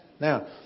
Now